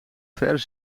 ver